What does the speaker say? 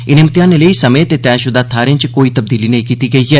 इनें म्तेहानें लेई समें ते तैयशुदा थाहरें च कोई तब्दीली नेईं कीती गेई ऐ